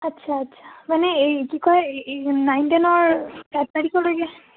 আচ্ছা আচ্ছা মানে এই কি কয় এই নাইন টেনৰ তাৰিখলৈকে